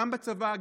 גם בצבא,